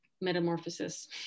metamorphosis